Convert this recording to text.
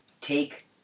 Take